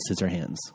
scissorhands